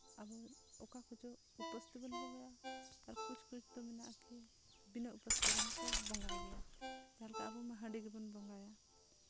ᱟᱵᱚ ᱚᱠᱟ ᱠᱚᱪᱚᱝ ᱩᱯᱟᱹᱥ ᱛᱮᱵᱚᱱ ᱵᱚᱸᱜᱟᱭᱟ ᱟᱨ ᱠᱩᱪ ᱠᱩᱪ ᱫᱚ ᱢᱮᱱᱟᱜᱼᱟ ᱠᱤ ᱵᱤᱱᱟᱹ ᱩᱯᱟᱹᱥ ᱛᱮᱦᱚᱸ ᱠᱚ ᱵᱚᱸᱜᱟᱭ ᱜᱮᱭᱟ ᱡᱟᱦᱟᱸ ᱞᱮᱠᱟ ᱟᱵᱚ ᱢᱟ ᱦᱟᱺᱰᱤ ᱜᱮᱵᱚᱱ ᱵᱚᱸᱜᱟᱭᱟ